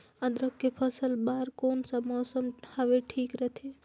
अदरक के फसल बार कोन सा मौसम हवे ठीक रथे?